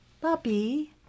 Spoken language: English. Bobby